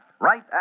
right